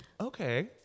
Okay